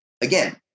again